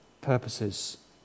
purposes